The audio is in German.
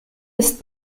ist